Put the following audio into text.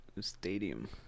Stadium